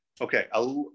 Okay